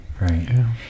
right